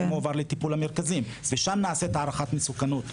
זה מועבר לטיפול המרכזים ושם נעשית הערכת מסוכנות.